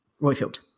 Royfield